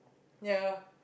ya